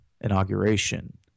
inauguration